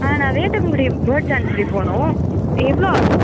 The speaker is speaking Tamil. நான் வேட்டங்குடி பேர்ட் சான்ச்சுரி போகணும் எவ்வளோ ஆகும்